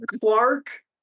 Clark